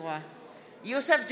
בעד יוסף ג'בארין,